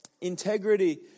Integrity